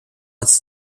als